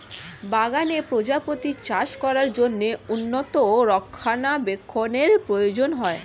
বাগানে প্রজাপতি চাষ করার জন্য উন্নত রক্ষণাবেক্ষণের প্রয়োজন হয়